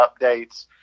updates